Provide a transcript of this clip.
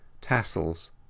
tassels